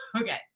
okay